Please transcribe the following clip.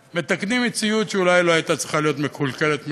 מתקנים מציאות שאולי לא הייתה צריכה להיות מקולקלת מלכתחילה.